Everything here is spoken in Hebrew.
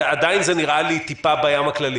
זה נראה לי עדיין טיפה בים הכללי.